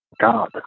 God